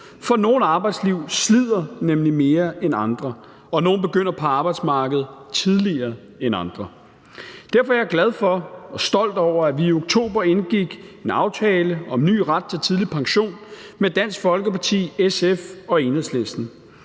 for nogle arbejdsliv slider nemlig mere end andre, og nogle begynder på arbejdsmarkedet tidligere end andre. Derfor er jeg glad for og stolt over, at vi i oktober indgik en aftale om ny ret til tidlig pension med Dansk Folkeparti, SF og Enhedslisten.